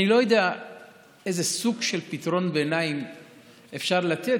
אני לא יודע איזה סוג של פתרון ביניים אפשר לתת